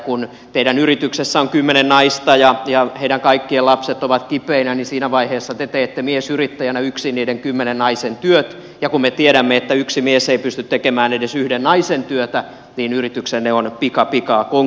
kun teidän yrityksessänne on kymmenen naista ja heidän kaikkien lapset ovat kipeinä niin siinä vaiheessa te teette miesyrittäjänä yksin niiden kymmenen naisen työt ja kun me tiedämme että yksi mies ei pysty tekemään edes yhden naisen työtä niin yrityksenne on pikapikaa konkurssissa